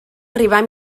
arribar